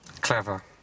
Clever